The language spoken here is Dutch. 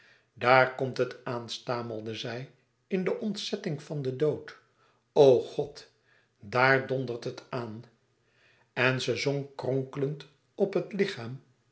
daar komt het aan stamelde zij in de ontzetting van den dood o god daar dondert het aan en ze zonk kronkelend op het lichaam